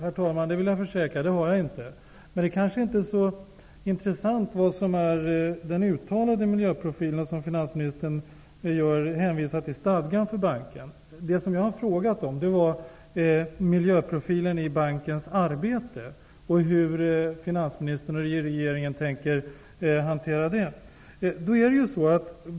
Jag kan försäkra att jag inte har någon annan uppfattning. Men den uttalade miljöprofilen i stadgarna, som finansministern hänvisar till, är kanske inte så intressant. Vad jag frågade efter var hur miljöprofilen fungerar i bankens arbete och hur regeringen och finansministern tänker hantera detta.